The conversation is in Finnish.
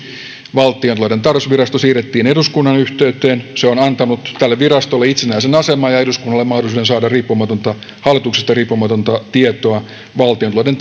valtiontalouden tarkastusvirasto siirrettiin eduskunnan yhteyteen se on antanut tälle virastolle itsenäisen aseman ja eduskunnalle mahdollisuuden saada hallituksesta riippumatonta tietoa valtiontalouden